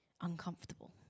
uncomfortable